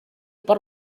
per